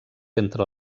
entre